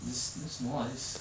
this this not this